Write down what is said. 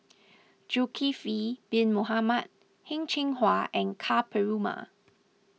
Zulkifli Bin Mohamed Heng Cheng Hwa and Ka Perumal